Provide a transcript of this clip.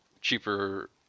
cheaper